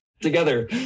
together